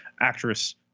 actress